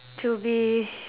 to be